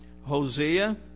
hosea